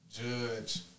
judge